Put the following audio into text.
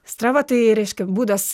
strava tai reiškia būdas